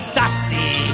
dusty